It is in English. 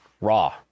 Raw